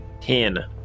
Ten